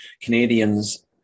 canadians